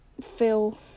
feel